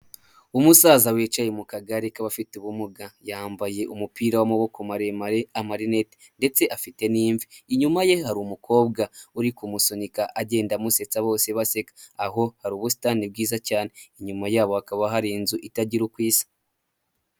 Umusaza wicaye mu kagari k'abafite ubumuga yambaye umupira w'amaboko maremare amarinete ndetse afite n'ivi inyuma ye hari umukobwa uri kumusunika agenda amusetsa bose base aho hari ubusitani bwiza cyane inyuma yabo hakaba hari inzu itagira ukosa.